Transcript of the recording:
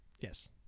yes